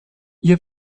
ihr